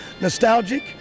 Nostalgic